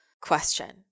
question